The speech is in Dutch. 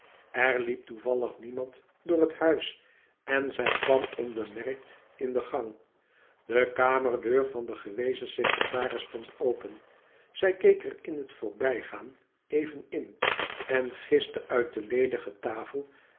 er liep toevallig niemand door het huis en zij kwam onbemerkt in de gang de kamerdeur van den gewezen secretaris stond open zij keek er in het voorbijgaan even in en giste uit de ledige tafel